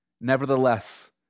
Nevertheless